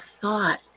thought